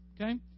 Okay